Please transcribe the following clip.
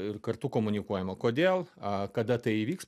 ir kartu komunikuojama kodėl a kada tai įvyks